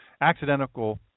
accidental